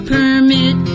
Permit